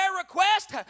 request